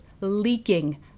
leaking